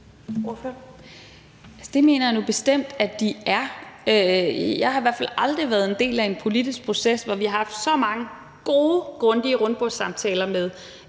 Det mener jeg nu bestemt at de gør. Jeg har i hvert fald aldrig været en del af en politisk proces, hvor vi har haft så mange gode og grundige rundbordssamtaler med